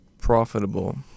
profitable